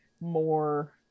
more